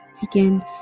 begins